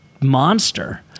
monster